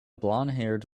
blondhaired